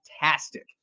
Fantastic